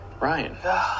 ryan